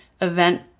event